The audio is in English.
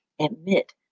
admit